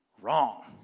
Wrong